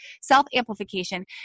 self-amplification